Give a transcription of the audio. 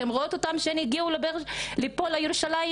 אתן רואות אותן שהן הגיעו לפה לירושלים?